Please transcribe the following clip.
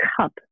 cup